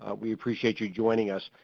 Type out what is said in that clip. ah we appreciate you joining us.